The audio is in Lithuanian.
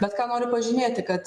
bet ką noriu pažymėti kad